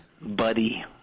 Buddy